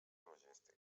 logístic